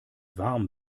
warm